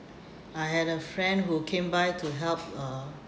I had a friend who came by to help uh